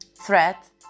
threat